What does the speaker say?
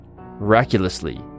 Miraculously